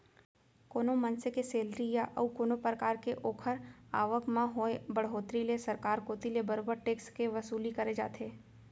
कोनो मनसे के सेलरी या अउ कोनो परकार के ओखर आवक म होय बड़होत्तरी ले सरकार कोती ले बरोबर टेक्स के वसूली करे जाथे